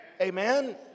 Amen